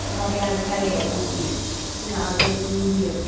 ꯑꯣ ꯌꯥꯔꯦ ꯌꯥꯔꯦ ꯑꯗꯨꯗꯤ ꯂꯥꯛꯑꯒ ꯑꯗꯨꯝ ꯌꯦꯡꯕꯤꯔꯣ